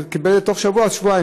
קיבל תוך שבוע-שבועיים,